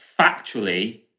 factually